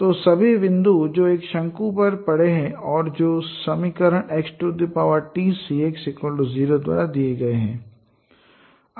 तो सभी बिंदु जो एक शंकु पर पड़े हैं और जो समीकरण X TCX 0 द्वारा दिए गए हैं